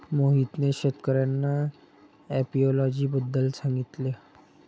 मोहितने शेतकर्यांना एपियोलॉजी बद्दल सांगितले